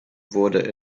wurde